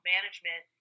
Management